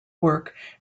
work